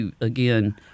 again